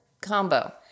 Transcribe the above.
combo